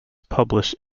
published